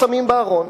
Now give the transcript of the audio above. שמים בארון,